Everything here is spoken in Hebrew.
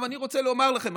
אני רוצה לומר לכם,